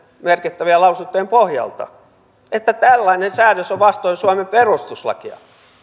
merkittävien lausuntojen pohjalta että tällainen säädös on vastoin suomen perustuslakia